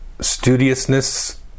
studiousness